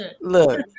look